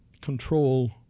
control